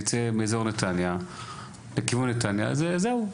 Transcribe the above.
יוצא מאזור נתניה אז זהו.